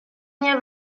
nie